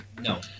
no